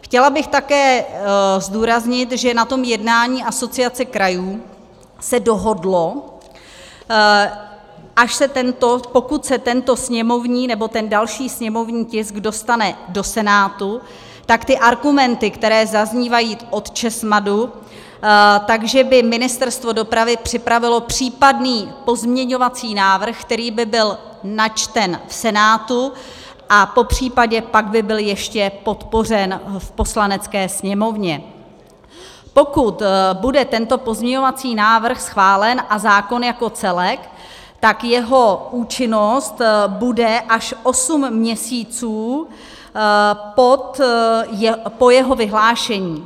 Chtěla bych také zdůraznit, že na tom jednání Asociace krajů se dohodlo, že pokud se tento sněmovní nebo ten další sněmovní tisk dostane do Senátu, tak ty argumenty, které zaznívají od ČESMADu, že by Ministerstvo dopravy připravilo případný pozměňovací návrh, který by byl načten v Senátu a popřípadě by pak byl ještě podpořen v Poslanecké sněmovně, tak pokud bude tento pozměňovací návrh schválen a zákon jako celek, tak jeho účinnost bude až osm měsíců po jeho vyhlášení.